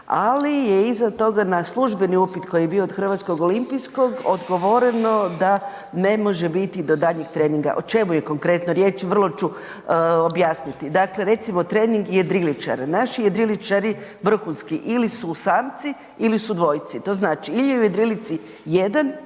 Ali je iza toga na službeni upit koji je od hrvatskog olimpijskog odgovoreno da ne može biti do daljnjeg treninga. O čemu je konkretno riječ, vrlo ću objasniti. Dakle, recimo trening jedriličara. Naši jedriličari vrhunski ili su samci ili su dvojci. To znači ili je u jedrilici jedan